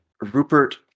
Rupert